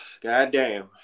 Goddamn